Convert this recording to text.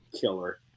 killer